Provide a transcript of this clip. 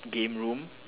game room